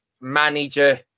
manager